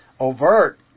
overt